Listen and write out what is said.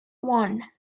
one